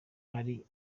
bari